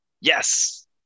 yes